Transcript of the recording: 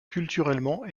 culturellement